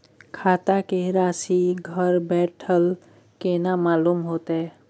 खाता के राशि घर बेठल केना मालूम होते?